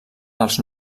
dels